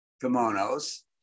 kimonos